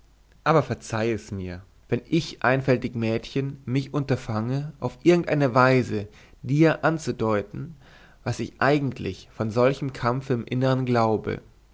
aber verzeih es mir wenn ich einfältig mädchen mich unterfange auf irgend eine weise dir anzudeuten was ich eigentlich von solchem kampfe im innern glaube